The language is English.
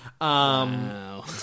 Wow